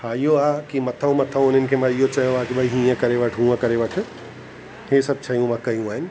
हा इहो आहे कि मथां मथां उन्हनि खे मां इहो चयो आहे कि भाई हीअं करे वठु हूअ करे वठो हे सभु शयूं मां कयूं आहिनि